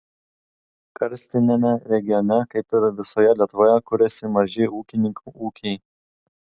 karstiniame regione kaip ir visoje lietuvoje kuriasi maži ūkininkų ūkiai